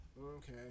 Okay